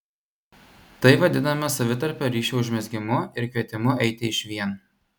tai vadinama savitarpio ryšio užmezgimu ir kvietimu eiti išvien